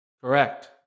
Correct